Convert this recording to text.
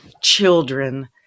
children